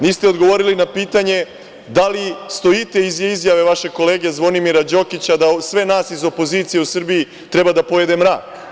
Niste odgovorili na pitanje da li stojite iza izjave vašeg kolege Zvonimira Đokića da sve nas iz opozicije u Srbiji treba da pojede mrak